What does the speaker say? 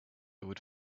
would